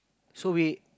so we